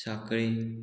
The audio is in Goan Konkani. सांखळी